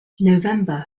november